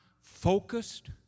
focused